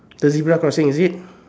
the zebra crossing is it